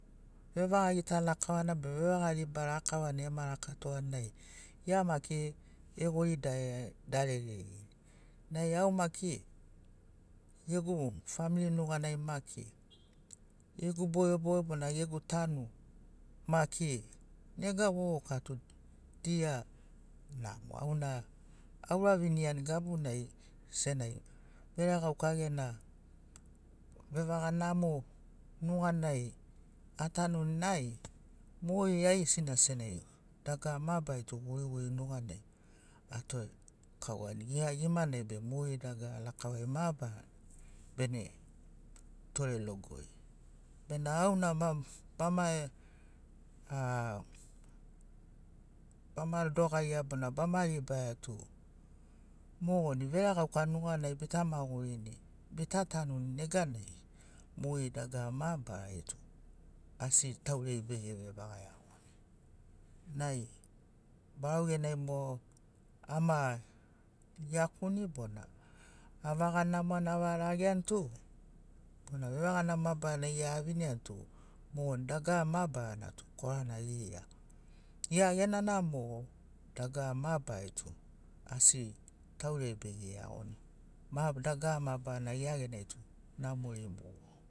Vevaga gita lakavana be vevaga riba rakavana ema rakatoani nai gia maki egori darereni nai au maki gegu famiri nuganai maki gegu bogeboge bona gegu tanu maki nega vovoka tu dia namo auna auraviniani gabuna senagi veregauka gena vevaga namo nuganai atanuni nai mogeri aigesina senagi dagara mabarana tu guriguri nuganai atore kauani gia gimanai be mogeri dagara lakavari mabarari bene tore logori bena auna ma bama a bama dogaria bona bama ribaia tu mogoni veregauka nuganai bita magurini bita tanuni neganai mogeri dagara mabarari tu asi tauri ai bevevevaga iagorini nai barau genai mogo ama iakuni bona avaga namoani avaga rageani tu bona vevaga namo mabarana gia aviniani tu mogoni dagara mabarana tu korana gia gia gena namo dagara mabarari tu asi tauri ai bege iagoni dagara mabarana gia genai tu namori mogo.